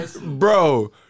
bro